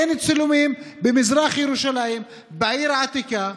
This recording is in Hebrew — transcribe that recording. אין צילומים במזרח ירושלים בעיר העתיקה,